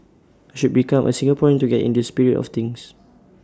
I should become A Singaporean to get in the spirit of things